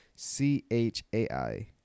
c-h-a-i